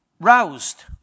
roused